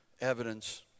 evidence